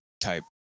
type